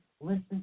listen